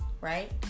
right